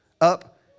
up